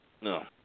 No